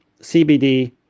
CBD